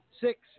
Six